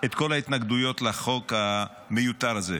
את כל ההתנגדויות לחוק המיותר הזה.